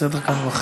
הסדר כאן הוא אחר.